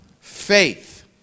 faith